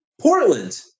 Portland